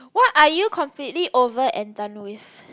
what are you completely over and done with